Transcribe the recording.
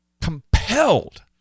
compelled